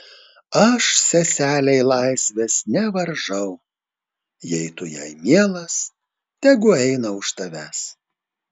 aš seselei laisvės nevaržau jei tu jai mielas tegu eina už tavęs